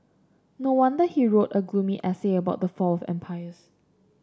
no wonder he wrote a gloomy essay about the fall of empires